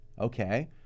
Okay